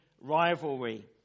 rivalry